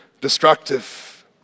destructive